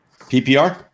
PPR